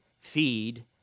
feed